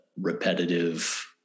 repetitive